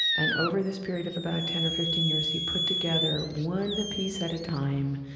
and over this period of about ten or fifteen years, he put together, one piece at a time,